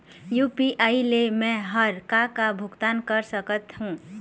UPI ले मे हर का का भुगतान कर सकत हो?